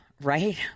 right